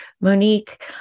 Monique